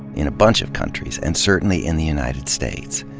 in a bunch of countries, and certainly in the united states.